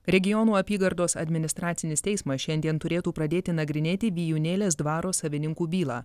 regionų apygardos administracinis teismas šiandien turėtų pradėti nagrinėti vijūnėlės dvaro savininkų bylą